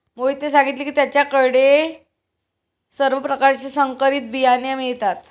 मोहितने सांगितले की त्याच्या कडे सर्व प्रकारचे संकरित बियाणे मिळतात